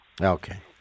okay